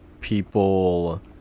people